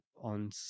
on